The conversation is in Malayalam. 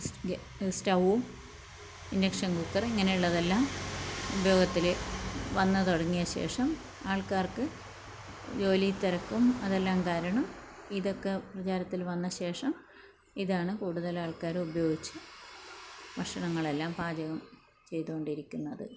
സ്റ്റ ഗ്യാ സ്ററൗവ്വും ഇൻഡക്ഷൻ കുക്കറ് ഇങ്ങനെ ഉള്ളതെല്ലാം ഉപയോഗത്തിൽ വന്ന് തുടങ്ങിയ ശേഷം ആൾക്കാർക്ക് ജോലി തിരക്കും അതെല്ലാം കാരണം ഇതക്കെ പ്രചാരത്തിൽ വന്ന ശേഷം ഇതാണ് കൂടുതൽ ആൾക്കാർ ഉപയോഗിച്ച് ഭക്ഷണങ്ങളെല്ലാം പാചകം ചെയ്തുകൊണ്ടിരിക്കുന്നത്